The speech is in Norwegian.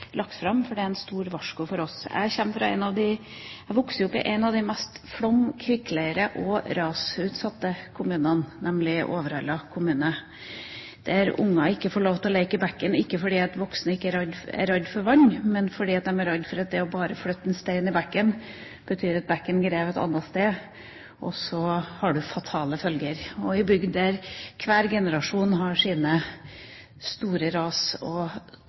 fram, for den er et stort varsko for oss. Jeg vokste opp i en av de mest flom-, kvikkleire- og rasutsatte kommunene i landet, nemlig Overhalla kommune, der barn ikke får lov til å leke i bekken, ikke fordi voksne er redde for vann, men de er redde fordi bare det å flytte en stein i bekken betyr at bekken graver et annet sted, og så har det fatale følger. Det er ei lita bygd, der hver generasjon har sine store ras og